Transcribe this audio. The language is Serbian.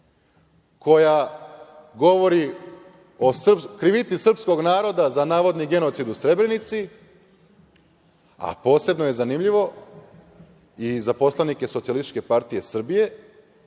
koja govori o krivici srpskog naroda za navodni genocid u Srebrenici. Posebno je zanimljivo i za poslanike Socijalističke partije Srbije,